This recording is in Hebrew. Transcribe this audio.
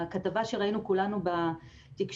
הכתבה שראינו כולנו בתקשורת,